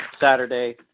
Saturday